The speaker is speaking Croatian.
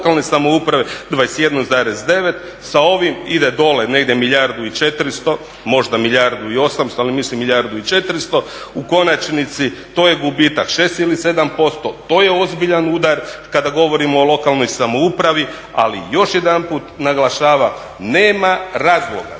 lokalne samouprave 21,9. Sa ovim ide dolje negdje milijardu i 400, možda milijardu i 800 ali mislim milijardu i 400. U konačnici to je gubitak 6 ili 7%. To je ozbiljan udar kada govorimo o lokalnoj samoupravi. Ali još jedanput naglašavam nema razloga